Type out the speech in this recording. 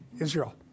Israel